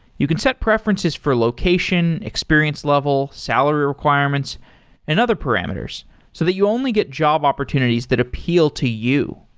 you can set preferences for location, experience level, salary requirements and other parameters so that you only get job opportunities that appeal to you.